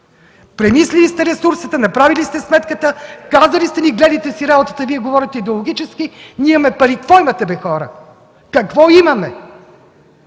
Премислили сте ресурсите, направили сте сметката, казали сте ни: „Гледайте си работата, Вие говорите идеологически! Ние имаме пари.” Какво имате бе, хора?! Какво имаме?!